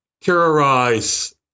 terrorize